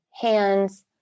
hands